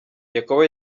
yakobo